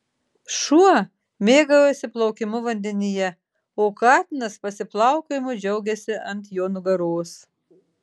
šuo mėgaujasi plaukimu vandenyje o katinas pasiplaukiojimu džiaugiasi ant jo nugaros